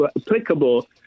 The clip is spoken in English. applicable